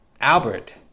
Albert